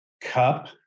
cup